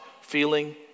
feeling